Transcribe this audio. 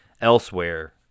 elsewhere